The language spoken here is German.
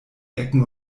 ecken